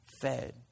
fed